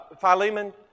Philemon